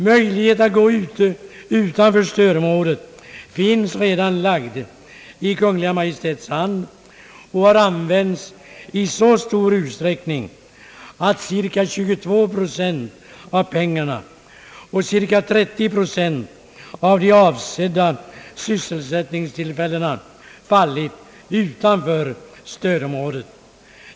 Möjlighet att gå utanför stödområdet är redan lagd i Kungl. Maj:ts hand och har använts i så stor utsträckning att cirka 22 procent av pengarna och omkring 30 procent av de avsedda = sysselsättningstillfällena fallit utanför stödområdet.